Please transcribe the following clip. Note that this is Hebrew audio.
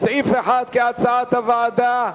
סעיף 1 כהצעת הוועדה?